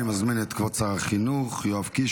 אני מזמין את כבוד שר החינוך יואב קיש